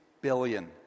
billion